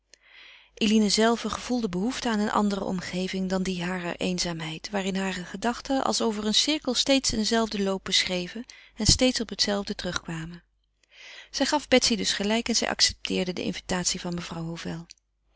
eline zelve gevoelde behoefte aan een andere omgeving dan die harer eenzaamheid waarin hare gedachten als over een cirkel steeds een zelfden loop beschreven en steeds op het zelfde terugkwamen zij gaf betsy dus gelijk en zij accepteerde de invitatie van mevrouw hovel